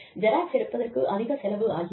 xerox எடுப்பதற்கு அதிக செலவு ஆகியது